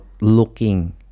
looking